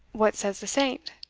what says the saint?